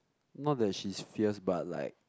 not that she's fierce but like